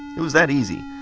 it was that easy.